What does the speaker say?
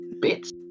bits